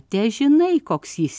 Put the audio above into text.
težinai koks jis